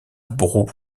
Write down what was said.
brou